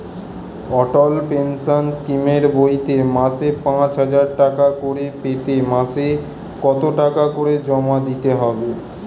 অটল pension স্কিমের বইতে মাসে পাঁচ হাজার টাকা করে পেতে মাসে কত টাকা করে জমা দিতে হবে?